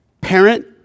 parent